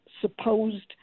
supposed